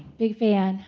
big fan,